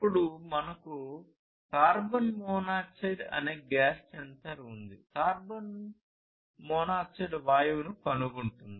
అప్పుడు మనకు carbon monoxide అనే గ్యాస్ సెన్సార్ ఉంది ఇది కార్బన్ మోనాక్సైడ్ వాయువును కనుగొంటుంది